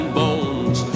bones